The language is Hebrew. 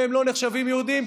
והם לא נחשבים יהודים,